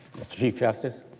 chief justice